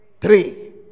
three